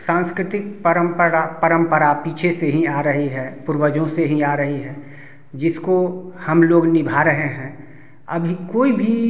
सांस्कृतिक परंपरा परंपरा पीछे से ही आ रही है पूर्वजों से ही आ रही है जिसको हम लोग निभा रहे हैं अभी कोई भी